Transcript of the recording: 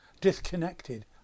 disconnected